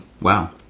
Wow